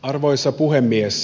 arvoisa puhemies